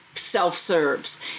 self-serves